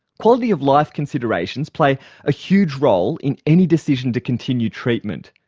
quality of life considerations play a huge role in any decision to continue treatment.